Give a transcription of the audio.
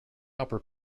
upper